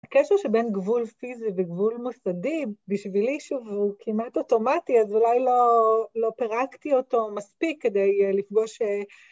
הקשר שבין גבול פיזי וגבול מוסדי, בשבילי שהוא כמעט אוטומטי אז אולי לא פירקתי אותו מספיק כדי לפגוש...